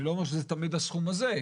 אני לא אומר שזה תמיד הסכום הזה,